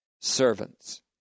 servants